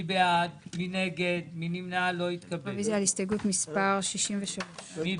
לאורך השנים,